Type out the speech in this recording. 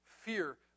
fear